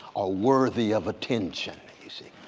or worthy of attention, you see.